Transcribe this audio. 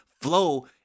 flow